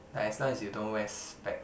as long as you don't wear specs